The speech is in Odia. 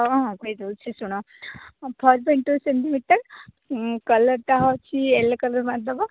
ହଁ ହଁ କହିଦେଉଛି ଶୁଣ ସେଣ୍ଟିମିଟର୍ କଲର୍ଟା ଅଛି ୟେଲୋ କଲର୍ ମାରିଦେବ